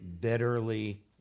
bitterly